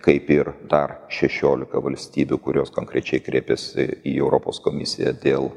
kaip ir dar šešiolika valstybių kurios konkrečiai kreipėsi į europos komisiją dėl